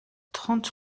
trente